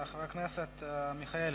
חבר הכנסת אברהם מיכאלי,